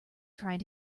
trying